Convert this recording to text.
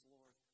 Lord